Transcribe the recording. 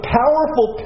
powerful